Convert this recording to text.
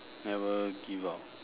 never give up